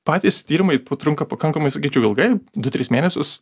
patys tyrimai trunka pakankamai sakyčiau ilgai du tris mėnesius